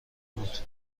بود